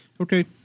Okay